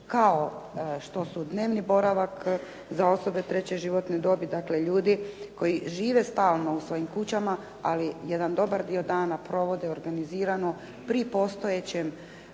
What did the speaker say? kao što su dnevni boravak za osobe treće životne dobi dakle ljudi koji žive stalno u svojim kućama ali jedan dobar dio dana provode organizirano pri postojećem